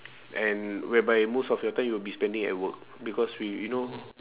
and whereby most of your time you'll be spending at work because we you know